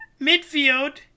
midfield